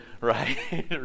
Right